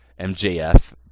mjf